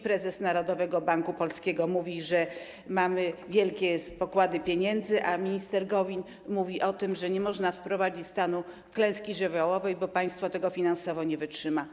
Prezes Narodowego Banku Polskiego mówi, że mamy wielkie pokłady pieniędzy, a minister Gowin mówi o tym, że nie można wprowadzić stanu klęski żywiołowej, bo państwo tego finansowo nie wytrzyma.